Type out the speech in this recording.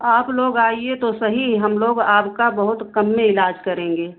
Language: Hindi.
आप लोग आइए तो सही हम लोग आबका बहुत कम में इलाज करेंगे